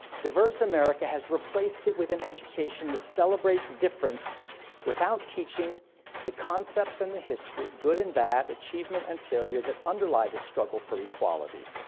diverse america has replaced it with an education that celebrates difference without teaching the concepts and the history, good and bad, achievement and failure, that underlie the struggle for equality.